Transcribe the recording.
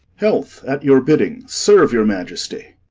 health, at your bidding, serve your majesty!